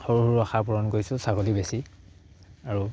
সৰু সৰু আশা পূৰণ কৰিছোঁ ছাগলী বেছি আৰু